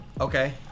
Okay